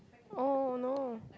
oh no